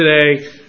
today